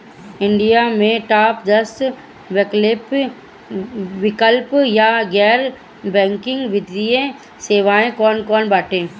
India में top दस वैकल्पिक या गैर बैंकिंग वित्तीय सेवाएं कौन कोन बाटे?